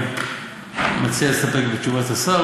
אני מציע להסתפק בתשובת השר,